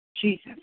Jesus